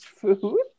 food